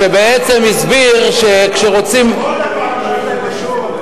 שבעצם הסביר שכשרוצים, אדוני השר,